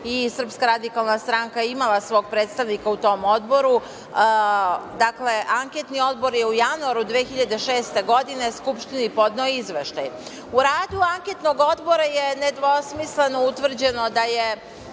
2005. godine i SRS je imala svog predstavnika u tom odboru, dakle, Anketni odbor je u januaru 2006. godine Skupštini podneo izveštaj.U radu Anketnog odbora je nedvosmisleno utvrđeno da je